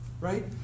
Right